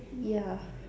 ya